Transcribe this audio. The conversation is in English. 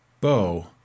bow